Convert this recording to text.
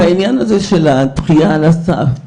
העניין הזה של הדחייה על הסף,